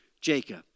Jacob